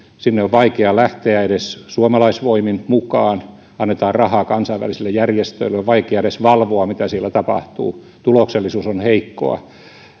sinne on vaikea lähteä suomalaisvoimin mukaan ja annetaan rahaa kansainvälisille järjestöille on vaikea edes valvoa mitä siellä tapahtuu tuloksellisuus on heikkoa